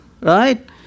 right